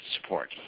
support